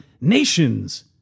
nations